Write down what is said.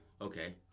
okay